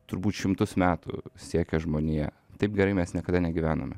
turbūt šimtus metų siekė žmonija taip gerai mes niekada negyvenome